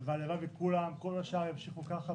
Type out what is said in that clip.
הלוואי וכולם, כל השאר, ימשיכו כך.